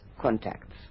contacts